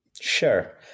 Sure